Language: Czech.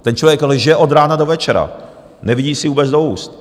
Ten člověk lže od rána do večera, nevidí si vůbec do úst.